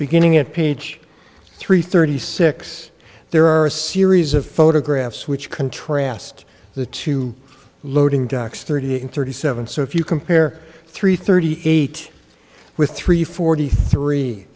beginning at page three thirty six there are a series of photographs which contrast the two loading docks thirty and thirty seven so if you compare three thirty eight with three forty three